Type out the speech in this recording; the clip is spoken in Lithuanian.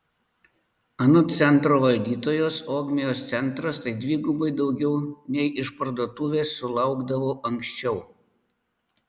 anot centro valdytojos ogmios centras tai dvigubai daugiau nei išparduotuvės sulaukdavo anksčiau